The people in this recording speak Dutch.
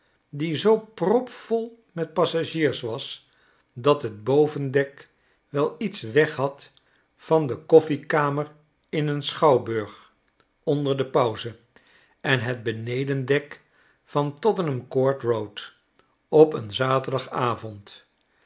die zoo propvol met passagiers was dat het bovendek wel iets weghad van de koffiekamer in een schouwburg onder de pauze en het benedendek van tottenham court road o p een zaterdagavond